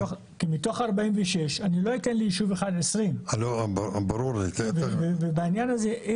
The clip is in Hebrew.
כי מתוך ה-46 אני לא אתן ליישוב אחד 20. בעניין הזה,